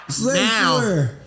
Now